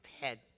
head